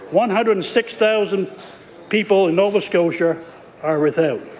one hundred and six thousand people in nova scotia are without.